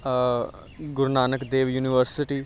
Guru Nanak Dev university